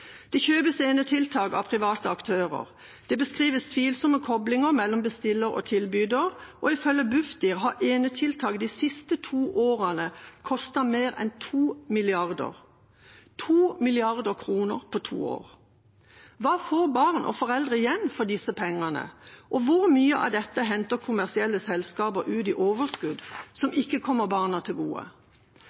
Det kjøpes enetiltak av private aktører. Det beskrives tvilsomme koblinger mellom bestiller og tilbyder, og ifølge Bufdir har enetiltak de siste to årene kostet mer enn 2 mrd. kr – 2 mrd. kr på to år! Hva får barn og foreldre igjen for disse pengene? Og hvor mye av dette henter kommersielle selskaper ut i overskudd som ikke kommer barna til gode?